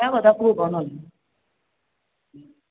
अएँ ओहो बनल हइ